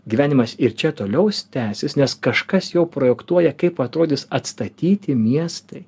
gyvenimas ir čia toliaus tęsis nes kažkas jau projektuoja kaip atrodys atstatyti miestai